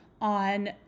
on